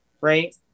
right